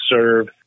serve